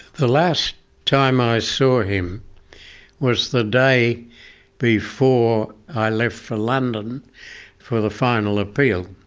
the last time i saw him was the day before i left for london for the final appeal.